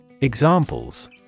Examples